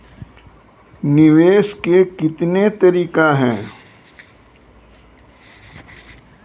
निवेश के कितने तरीका हैं?